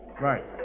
Right